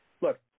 look